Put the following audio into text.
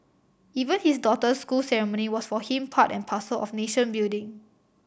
even his daughter's school ceremony was for him part and parcel of nation building